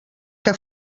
que